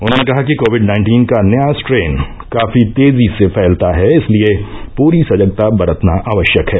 उन्होंने कहा कि कोविड नाइन्टीन का नया स्ट्रेन काफी तेजी से फैलता है इसलिये पूरी सजगता बरतना आवश्यक है